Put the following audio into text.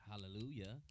hallelujah